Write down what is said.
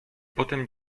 potem